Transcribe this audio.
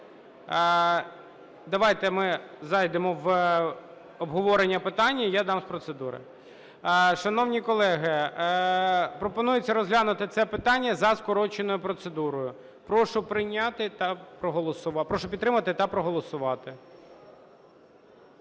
Давайте ми зайдемо в обговорення питання, і я дам з процедури. Шановні колеги, пропонується розглянути це питання за скороченою процедурою. Прошу підтримати та проголосувати.